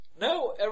no